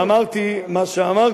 מעבר לעובדה שאמרתי מה שאמרתי,